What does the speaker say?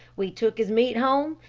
we took his meat home,